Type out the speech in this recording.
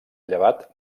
llevat